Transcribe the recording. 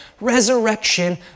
resurrection